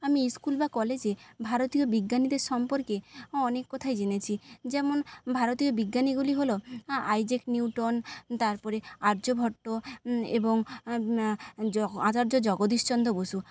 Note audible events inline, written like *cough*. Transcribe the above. আমি স্কুল বা কলেজে ভারতীয় বিজ্ঞানীদের সম্পর্কে অনেক কথাই জেনেছি যেমন ভারতীয় বিজ্ঞানীগুলি হলো আইজ্যাক নিউটন তারপরে আর্যভট্ট এবং *unintelligible* আচার্য জগদীশ চন্দ্র বসু